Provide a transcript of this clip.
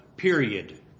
Period